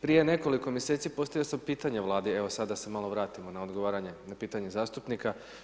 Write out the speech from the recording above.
Prije nekoliko mj. postavio sam pitanje vladi, evo sada da se malo vratimo, na odgovaranje, na pitanje zastupnika.